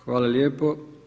Hvala lijepo.